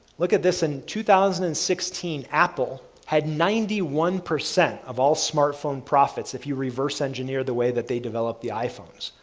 look at this in two thousand and sixteen, apple had ninety one percent of all smartphone profits if you reverse engineer the way that they develop the iphones,